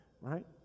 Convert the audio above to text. right